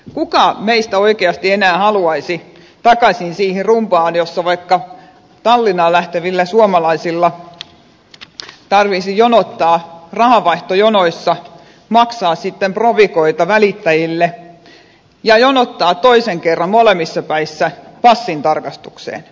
kuka meistä oikeasti enää haluaisi takaisin siihen rumbaan jossa vaikka tallinnaan lähtevänä suomalaisena tarvitsisi jonottaa rahanvaihtojonoissa maksaa sitten provikoita välittäjille ja jonottaa toisen kerran molemmissa päissä passintarkastukseen